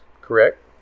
Correct